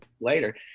later